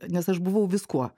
nes aš buvau viskuo